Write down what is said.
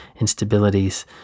instabilities